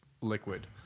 liquid